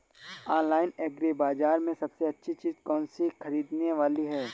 Online agri बाजार में सबसे अच्छी चीज कौन सी ख़रीदने वाली है?